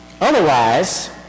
Otherwise